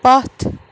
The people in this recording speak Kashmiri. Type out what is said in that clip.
پتھ